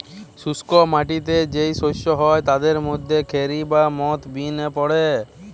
শুষ্ক মাটিতে যেই শস্য হয় তাদের মধ্যে খেরি বা মথ বিন পড়ে